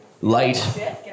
light